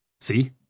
See